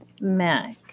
Mac